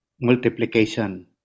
Multiplication